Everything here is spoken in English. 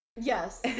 Yes